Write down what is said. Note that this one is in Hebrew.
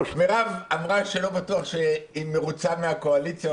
מירב אמרה שלא בטוח שהיא מרוצה מהקואליציה,